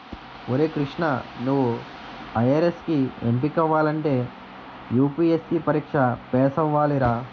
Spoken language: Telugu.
ఒరే కృష్ణా నువ్వు ఐ.ఆర్.ఎస్ కి ఎంపికవ్వాలంటే యూ.పి.ఎస్.సి పరీక్ష పేసవ్వాలిరా